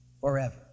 forever